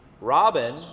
Robin